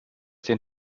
den